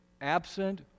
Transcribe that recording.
absent